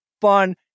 fun